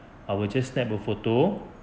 I will just snap a photo